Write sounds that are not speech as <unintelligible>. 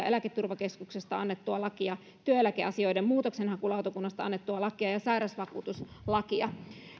<unintelligible> eläketurvakeskuksesta annettua lakia työeläkeasioiden muutoksenhakulautakunnasta annettua lakia ja sairausvakuutuslakia